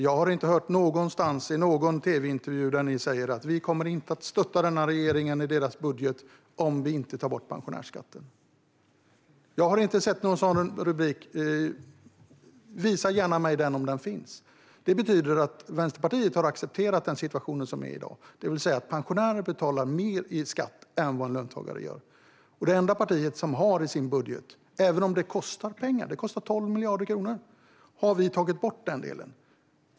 Jag har inte någonstans, inte i någon tv-intervju, hört er säga att ni inte kommer att stötta den här regeringens budget om den inte tar bort pensionärsskatten. Jag har inte sett någon sådan rubrik. Visa mig gärna den om den finns! Detta betyder att Vänsterpartiet har accepterat den situation som råder i dag, det vill säga att pensionärer betalar mer i skatt än vad löntagare gör. Det enda parti som i sin budget har tagit bort detta är vårt. Vi gör så även om det kostar pengar - 12 miljarder kronor.